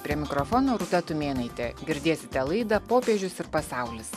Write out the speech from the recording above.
prie mikrofono rūta tumėnaitė girdėsite laidą popiežius ir pasaulis